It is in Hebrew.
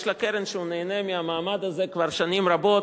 יש לה קרן שנהנית מהמעמד הזה כבר שנים רבות,